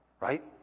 Right